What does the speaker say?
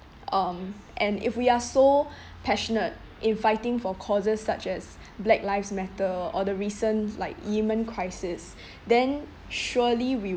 um and if we are so passionate in fighting for causes such as black lives matter or the recent like yemen crisis then surely we